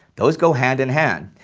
those go hand in hand.